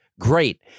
great